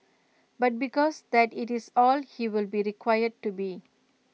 but because that IT is all he will be required to be